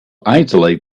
isolate